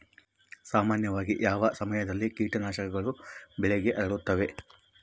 ಸಾಮಾನ್ಯವಾಗಿ ಯಾವ ಸಮಯದಲ್ಲಿ ಕೇಟನಾಶಕಗಳು ಬೆಳೆಗೆ ಹರಡುತ್ತವೆ?